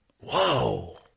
Whoa